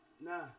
nah